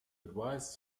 advise